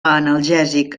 analgèsic